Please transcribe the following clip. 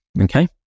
Okay